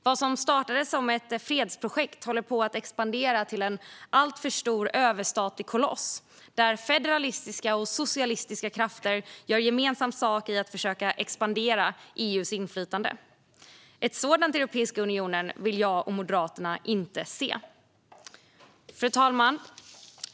Vad som startade som ett fredsprojekt håller på att expandera till en alltför stor överstatlig koloss där federalistiska och socialistiska krafter gör gemensam sak i att försöka expandera EU:s inflytande. Ett sådant Europeiska unionen vill jag och Moderaterna inte se. Fru talman!